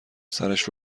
سرش